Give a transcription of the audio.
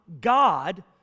God